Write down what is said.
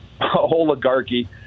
oligarchy